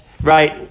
Right